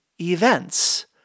events